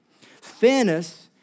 Fairness